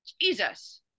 Jesus